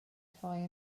troi